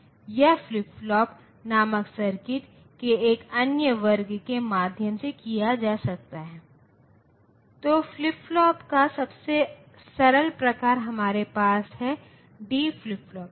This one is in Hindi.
इसलिए ये अतिरिक्त बाध्यता हैं जो हमारे पास इस समाधान पर हैं